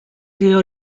río